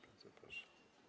Bardzo proszę.